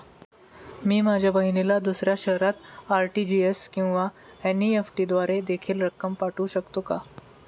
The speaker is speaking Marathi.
मी माझ्या बहिणीला दुसऱ्या शहरात आर.टी.जी.एस किंवा एन.इ.एफ.टी द्वारे देखील रक्कम पाठवू शकतो का?